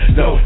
no